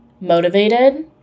motivated